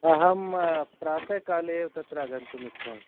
अहं प्रातःकाले तत्र गन्तुमिच्छामि